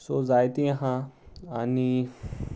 so जायती आसा आनी